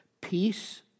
Peace